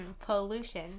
Pollution